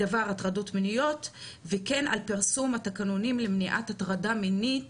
בדבר הטרדות מיניות וכן על פרסום התקנונים למניעת הטרדה מינית